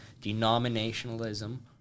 denominationalism